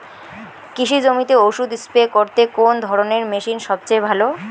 কৃষি জমিতে ওষুধ স্প্রে করতে কোন ধরণের মেশিন সবচেয়ে ভালো?